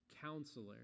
counselor